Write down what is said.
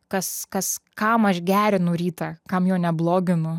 kas kas kam aš gerinu rytą kam jo nebloginu